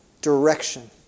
direction